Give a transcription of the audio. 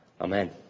Amen